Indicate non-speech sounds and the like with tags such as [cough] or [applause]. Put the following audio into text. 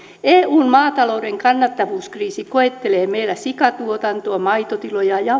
eun maatalouden kannattavuuskriisi koettelee meillä sikatuotantoa maitotiloja ja [unintelligible]